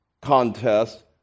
contest